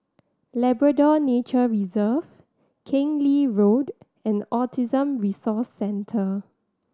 Labrador Nature Reserve Keng Lee Road and Autism Resource Centre